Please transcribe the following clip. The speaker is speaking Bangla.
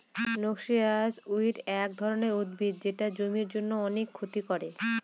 নক্সিয়াস উইড এক ধরনের উদ্ভিদ যেটা জমির জন্য অনেক ক্ষতি করে